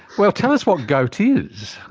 well, tell us what gout is.